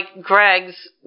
Greg's